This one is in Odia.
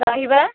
ରହିବା